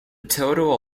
total